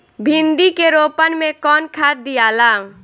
भिंदी के रोपन मे कौन खाद दियाला?